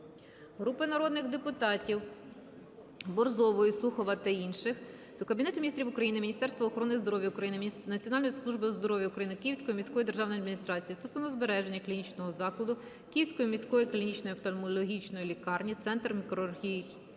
Групи народних депутатів (Борзової, Сухова та інших) до Кабінету Міністрів України, Міністерства охорони здоров'я України, Національної служби здоров'я України, Київської міської державної адміністрації стосовно збереження клінічного закладу Київської міської клінічної офтальмологічної лікарні "Центр мікрохірургії